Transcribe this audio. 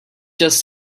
just